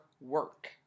work